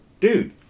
Dude